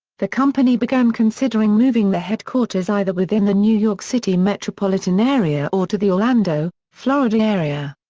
the company began considering moving the headquarters either within the new york city metropolitan area or to the orlando, florida area.